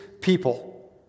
people